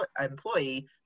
employee